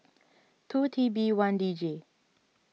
two T B one D J